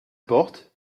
porte